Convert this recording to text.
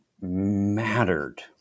mattered